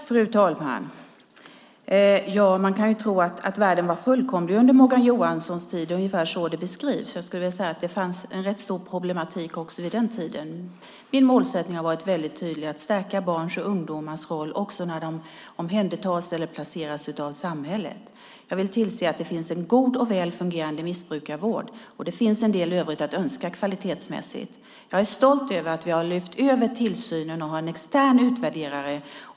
Fru talman! Man skulle kunna tro att världen var fullkomlig under Morgan Johanssons tid som den beskrivs. Jag skulle vilja säga att det fanns stora problem också på den tiden. Min målsättning har varit tydlig, att stärka barns och ungdomars roll också när de omhändertas eller placeras av samhället. Jag vill se till att det finns en god och fungerande missbrukarvård. Det finns en del övrigt att önska kvalitetsmässigt. Jag är stolt över att vi har lyft över tillsynen och har en extern utvärderare.